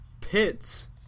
Pits